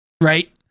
right